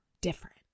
different